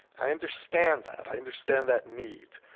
i understand that. i understand that need,